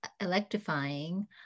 electrifying